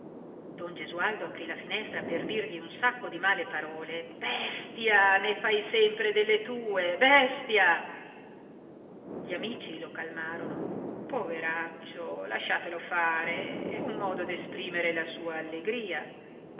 don gesualdo aprì la finestra per dirgli un sacco di male parole bestia ne fai sempre delle tue bestia gli amici lo calmarono poveraccio lasciatelo fare è un modo d'esprimere la sua allegria